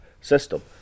system